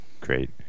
Great